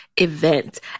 event